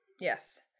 Yes